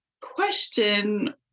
question